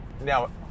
Now